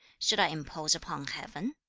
should i impose upon heaven?